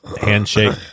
Handshake